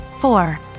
Four